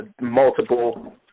multiple